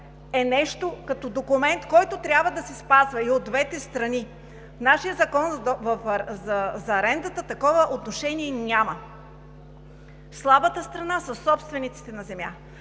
е нещо като документ, който трябва да се спазва и от двете страни. Нашият Закон за арендата такова отношение няма. Слабата страна са собствениците на земя.